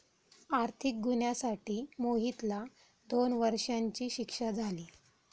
आर्थिक गुन्ह्यासाठी मोहितला दोन वर्षांची शिक्षा झाली